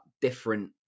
different